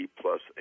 plus